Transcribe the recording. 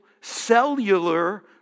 cellular